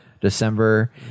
December